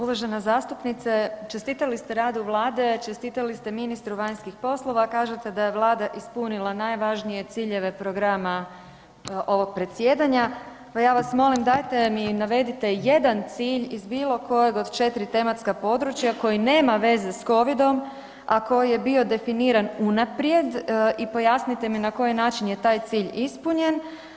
Uvažena zastupnice, čestitali ste radu vlade, čestitali ste ministru vanjskih poslova, kažete da je vlada ispunila najvažnije ciljeve programa ovog predsjedanja, pa ja vas molim dajte mi navedite jedan cilj iz bilo kojeg od 4 tematska područja koji nema veze s covidom, a koji je bio definiran unaprijed i pojasnite mi na koji način je taj cilj ispunjen?